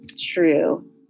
true